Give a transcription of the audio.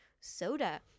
soda